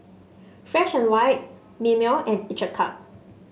Fresh And White Mimeo and each a cup